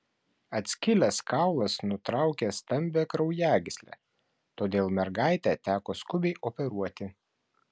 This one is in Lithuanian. atskilęs kaulas nutraukė stambią kraujagyslę todėl mergaitę teko skubiai operuoti